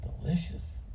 delicious